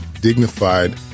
dignified